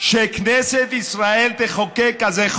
שכנסת ישראל תחוקק חוק כזה?